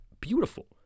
beautiful